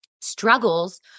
struggles